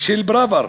של פראוור,